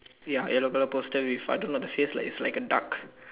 ya yellow colour poster with I don't know that says it's like a duck